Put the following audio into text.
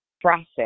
process